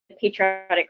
Patriotic